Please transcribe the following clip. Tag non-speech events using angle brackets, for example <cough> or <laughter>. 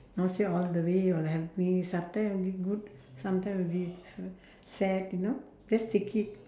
not say all the way will help me sometime will be good sometime will be <breath> sad you know just take it